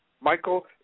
Michael